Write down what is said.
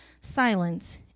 Silence